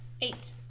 Eight